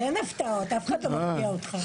אבל אין הפתעות, אף אחד לא מפתיע אותך.